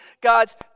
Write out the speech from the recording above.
God's